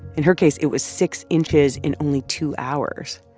in her case, it was six inches in only two hours